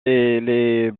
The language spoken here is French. est